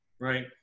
right